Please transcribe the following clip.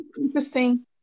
Interesting